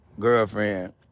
Girlfriend